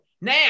Now